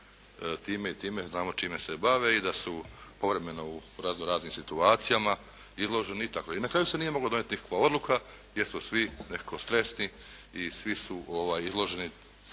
time i time, znamo čime se bave i da su povremeno u razno raznim situacijama i tako. I na kraju se nije mogla donijeti nikakva odluka jer su svi nekako stresni i svi su izloženi